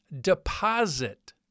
deposit